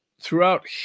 throughout